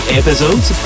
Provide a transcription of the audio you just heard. episodes